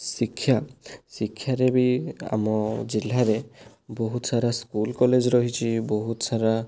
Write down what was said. ଶିକ୍ଷା ଶିକ୍ଷାରେ ବି ଆମ ଜିଲ୍ଲାରେ ବହୁତ ସାରା ସ୍କୁଲ କଲେଜ ରହିଛି ବହୁତ ସାରା